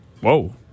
Whoa